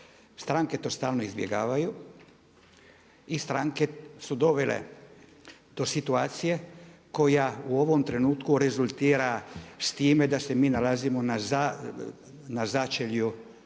Stranke to stalno izbjegavaju i stranke su dovele do situacije koja u ovom trenutku rezultira s time da se mi nalazimo na začelju